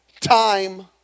time